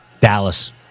Dallas